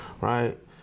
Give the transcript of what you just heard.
right